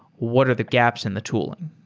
what are the gaps in the tooling?